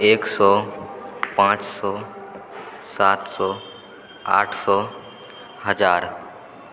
एक सए पाँच सए साथ सए आठ सए हजार